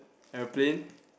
aeroplane